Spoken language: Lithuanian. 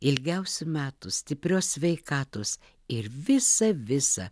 ilgiausių metų stiprios sveikatos ir visa visa